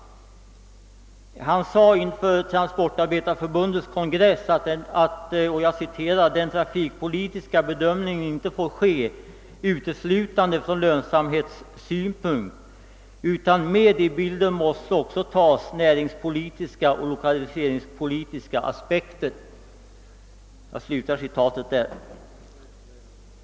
Han sade inför Transportarbetareförbundets kongress »att den trafikpolitiska bedömningen inte får ske uteslutande från lönsamhetssynpunkt, utan med i bilden måste också tas näringspolitiska och <lokaliseringspolitiska aspekter».